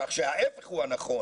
ככה שההפך הוא הנכון.